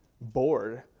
bored